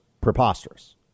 preposterous